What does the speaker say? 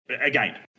again